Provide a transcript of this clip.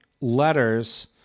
letters